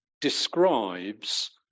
describes